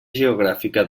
geogràfica